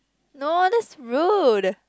no that's rude